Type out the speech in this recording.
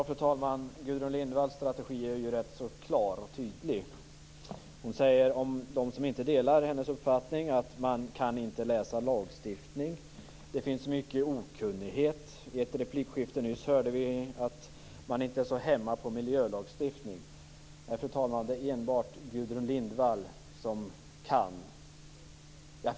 Fru talman! Gudrun Lindvalls strategi är rätt så klar och tydlig. I fråga om dem som inte delar hennes uppfattning säger hon att man inte kan läsa lagstiftningen och att det finns mycken okunnighet. I ett replikskifte nyss sades det att man inte är så hemma på miljölagstiftning. Nej, fru talman, det är enbart Gudrun Lindvall som kan saker!